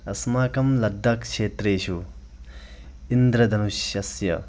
अस्माकं लद्दाक्क्षेत्रेषु इन्द्रधनुषस्य